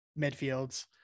midfields